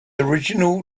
original